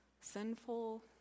sinful